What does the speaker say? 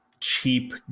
cheap